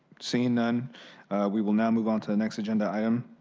seeing none we will now move on to the next agenda item.